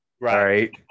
Right